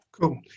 Cool